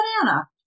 banana